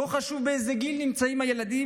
לא חשוב באיזה גיל נמצאים הילדים,